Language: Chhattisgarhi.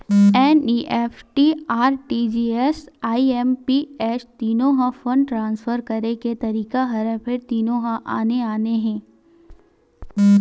एन.इ.एफ.टी, आर.टी.जी.एस, आई.एम.पी.एस तीनो ह फंड ट्रांसफर करे के तरीका हरय फेर तीनो ह आने आने हे